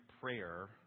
prayer